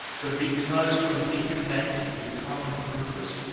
but because when we connect with common purpose,